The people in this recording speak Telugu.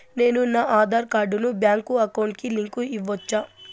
నేను నా ఆధార్ కార్డును బ్యాంకు అకౌంట్ కి లింకు ఇవ్వొచ్చా?